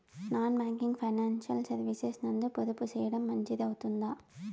Non banking financial services నందు పొదుపు సేయడం మంచిది అవుతుందా?